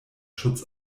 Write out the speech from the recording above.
schutz